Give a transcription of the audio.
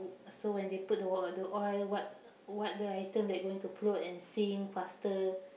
so when they put the w~ the oil what what the item that going to float and sink faster